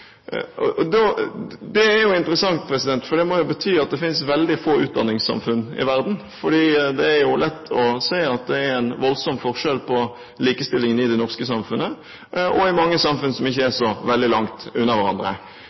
for det må jo bety at det finnes veldig få utdanningssamfunn i verden. Det er lett å se at det er voldsom forskjell på likestillingen i det norske samfunnet og i mange samfunn som ikke er så veldig langt